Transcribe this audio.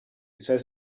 says